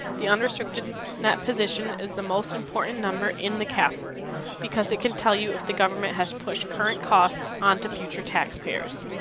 the unrestricted net position is the most important number in the cafr because it can tell you if the government has pushed current costs onto future taxpayers.